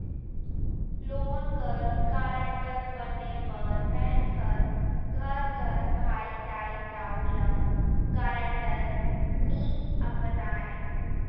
loan कर guarantor बने बर बेंक हर घर कर भाई, दाई, दाऊ, ल गारंटर नी अपनाए